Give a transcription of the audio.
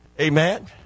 Amen